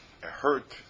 hurt